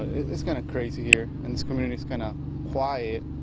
it's kind of crazy here. and this community is kind of quiet.